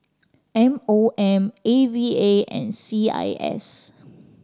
M O M A V A and C I S